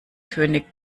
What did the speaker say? könig